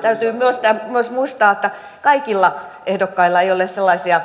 täytyy myös muistaa että kaikilla ehdokkailla ei ole sellaisia